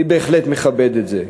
אני בהחלט מכבד את זה.